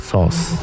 Sauce